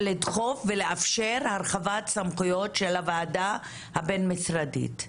ולדחוף ולאפשר הרחבת סמכויות של הוועדה הבין משרדית.